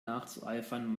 nachzueifern